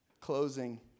closing